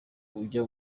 ajya